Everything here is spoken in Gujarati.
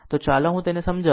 તો ચાલો હું તેને સમજાવું